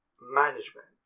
management